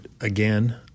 again